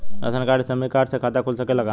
Ration card या श्रमिक card से खाता खुल सकेला का?